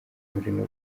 muri